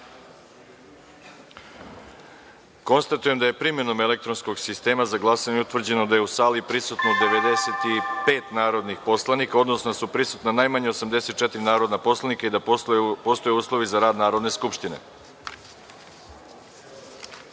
sistema. Konstatujem da je primenom elektronskog sistema utvrđeno da su u sali prisutna 95 narodna poslanika, odnosno da su prisutna najmanje 84 narodna poslanika i da postoje uslovi za rad Narodne skupštine. Da